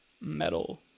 Metal